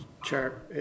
Chair